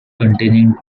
containing